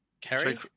Kerry